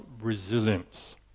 resilience